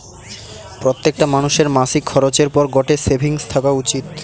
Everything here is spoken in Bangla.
প্রত্যেকটা মানুষের মাসিক খরচের পর গটে সেভিংস থাকা উচিত